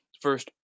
first